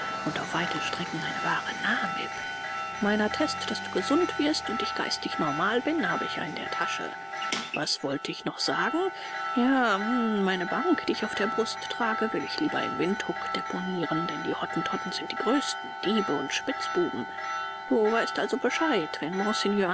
und auf weite strecken eine wahre namib mein attest daß du gesund wirst und ich geistig normal bin habe ich ja in der tasche was wollte ich noch sagen ja hm meine bank die ich auf der brust trage will ich lieber in windhuk deponieren denn die hottentotten sind die größten diebe und spitzbuben du weißt also bescheid wenn